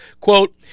Quote